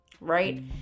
right